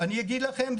אני אגיד לכם,